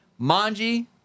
Manji